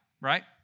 right